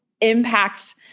impact